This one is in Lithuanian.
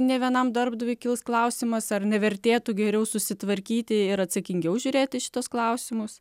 nė vienam darbdaviui kils klausimas ar nevertėtų geriau susitvarkyti ir atsakingiau žiūrėti į šituos klausimus